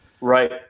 Right